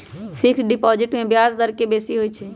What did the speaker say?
fixed deposit में ब्याज के दर बेशी होइ छइ